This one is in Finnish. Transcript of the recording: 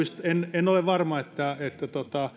en en ole varma